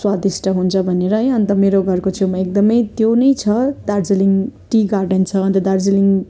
स्वादिष्ट हुन्छ भनेर है अन्त मेरो घरको छेउमा एकदमै त्यो नै छ दार्जिलिङ टी गार्डन छ अन्त दार्जिलिङ